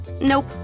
Nope